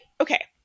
okay